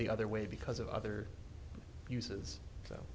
the other way because of other uses